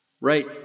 Right